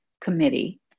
Committee